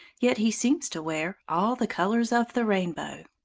yet he seems to wear all the colours of the rainbow.